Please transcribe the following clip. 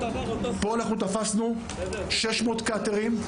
כאן תפסנו 600 קאטרים.